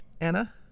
Anna